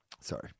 Sorry